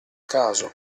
caso